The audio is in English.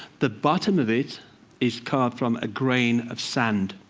the bottom of it is carved from a grain of sand,